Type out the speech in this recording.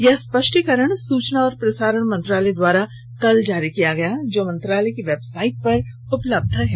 यह स्पष्टीकरण सूचना और प्रसारण मंत्रालय द्वारा कल जारी किया गया जो मंत्रालय की वेबसाइट पर उपलब्ध है